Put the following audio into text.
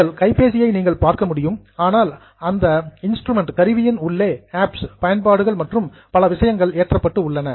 உங்கள் கைபேசியை நீங்கள் பார்க்க முடியும் ஆனால் அந்த இன்ஸ்ட்ரூமென்ட் கருவியின் உள்ளே ஆப்ஸ் பயன்பாடுகள் மற்றும் பல விஷயங்கள் ஏற்றப்பட்டு உள்ளன